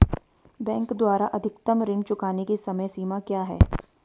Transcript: Bank द्वारा अधिकतम ऋण चुकाने की समय सीमा क्या है?